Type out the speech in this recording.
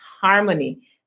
harmony